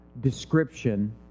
description